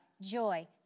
joy